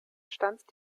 stanzt